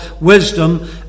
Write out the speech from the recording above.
wisdom